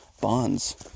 bonds